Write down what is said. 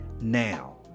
now